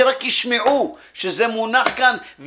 שרק ישמעו שזה מונח כאן,